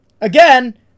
Again